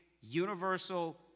universal